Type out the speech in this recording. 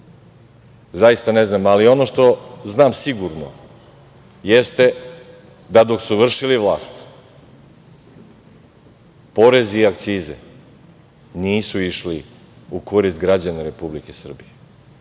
Zaista ne znam, ali ono što znam sigurno jeste da dok su vršili vlast porezi i akcize nisu išli u korist građana Republike Srbije.